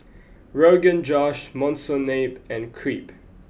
Rogan Josh Monsunabe and Crepe